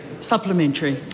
Supplementary